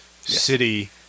city